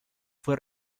fue